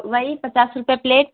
वही पचास रुपया प्लेट